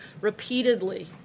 Repeatedly